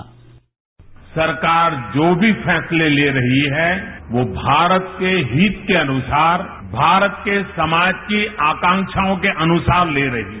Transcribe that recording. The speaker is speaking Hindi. साउंड बाईट सरकार जो भी फैसले ले रही है वो भारत के हित के अनुसार भारत के समाज की आकांक्षाओं के अनुसार ले रही है